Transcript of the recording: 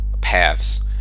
paths